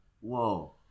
Whoa